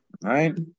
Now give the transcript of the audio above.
Right